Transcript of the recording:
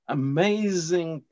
amazing